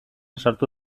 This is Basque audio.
sartu